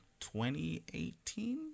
2018